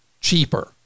cheaper